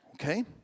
okay